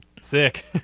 Sick